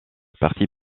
partie